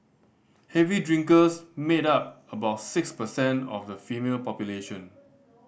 heavy drinkers made up about six percent of the female population